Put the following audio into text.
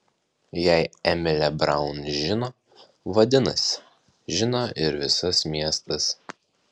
jei emilė braun žino vadinasi žino ir visas miestas